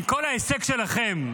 אם כל ההישג שלכם,